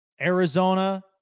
Arizona